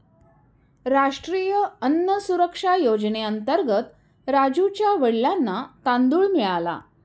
राष्ट्रीय अन्न सुरक्षा योजनेअंतर्गत राजुच्या वडिलांना तांदूळ मिळाला